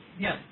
Yes